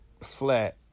flat